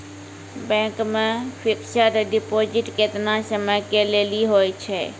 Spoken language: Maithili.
बैंक मे फिक्स्ड डिपॉजिट केतना समय के लेली होय छै?